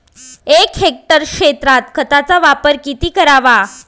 एक हेक्टर क्षेत्रात खताचा वापर किती करावा?